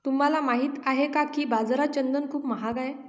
तुम्हाला माहित आहे का की बाजारात चंदन खूप महाग आहे?